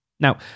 Now